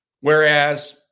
Whereas